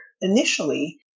initially